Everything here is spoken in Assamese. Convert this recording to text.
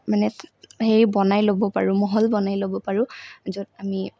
মানে হেৰি বনাই ল'ব পাৰোঁ মহল বনাই ল'ব পাৰোঁ য'ত আমি